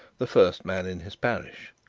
the first man in his parish.